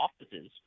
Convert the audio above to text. offices